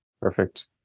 Perfect